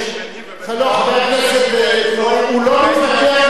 חבר הכנסת, הוא לא מתווכח אתך.